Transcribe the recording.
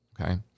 Okay